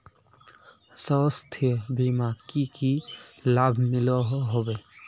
स्वास्थ्य बीमार की की लाभ मिलोहो होबे?